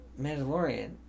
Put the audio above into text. Mandalorian